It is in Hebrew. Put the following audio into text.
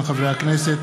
הניצחון על גרמניה הנאצית,